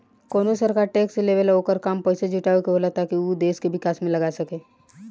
कवनो सरकार टैक्स लेवेला ओकर काम पइसा जुटावे के होला ताकि उ देश के विकास में लगा सके